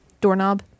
doorknob